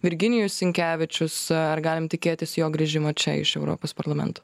virginijus sinkevičius ar galim tikėtis jo grįžimo čia iš europos parlamento